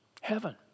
Heaven